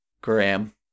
graham